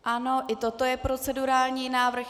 Ano, i toto je procedurální návrh.